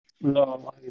No